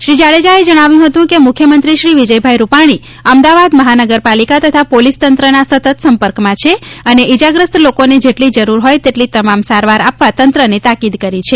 શ્રી જાડેજાએ જણાવ્યું હતું કે મુખ્યમંત્રીશ્રી વિજયભાઈ રૂપાણી અમદાવાદ મહાનગરપાલિકા તથા પોલીસ તંત્રના સતત સંપર્કમાં છે અને ઈજાશ્રસ્ત લોકોને જેટલી જરૂર હોય તેટલી તમામ સારવાર આપવા તંત્રને તાકીદ કરી છે